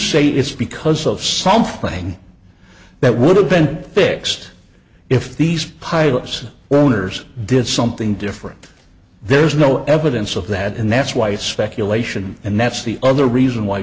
say it's because of something that would have been fixed if these pilots owners did something different there's no evidence of that and that's why it's speculation and that's the other reason why